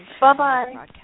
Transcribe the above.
Bye-bye